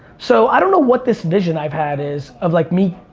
so i don't know what this vision i've had is of like me